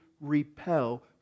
repel